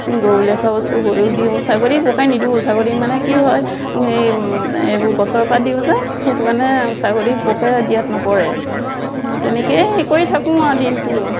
গৰুলে থোৱা বস্তু গৰুক দিওঁ ছাগলীক বৰকে নিদিওঁ ছাগলীক মানে কি হয় এইবোৰ গছৰ পাত দিওঁ যে সেইটো কাৰণে ছাগলীক বৰকে দিয়াত নপৰে তেনেকেই হেৰি কৰি থাকোঁ আৰু দিনটো